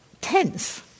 tense